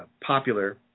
popular